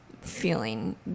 feeling